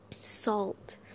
salt